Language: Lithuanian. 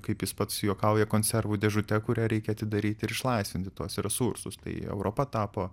kaip jis pats juokauja konservų dėžute kurią reikia atidaryti ir išlaisvinti tuos resursus tai europa tapo